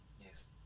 yes